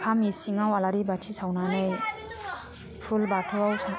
खामि सिङाव आलारि बाथि सावनानै फुल बाथौ